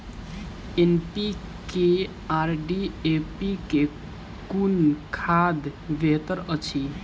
NPK आ DAP मे कुन खाद बेहतर अछि?